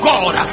God